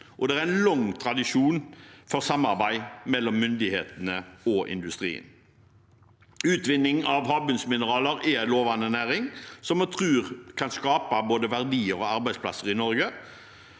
det er lang tradisjon for samarbeid mellom myndighetene og industrien. Utvinning av havbunnsmineraler er en lovende næring som vi tror kan skape både verdier og arbeidsplasser i Norge.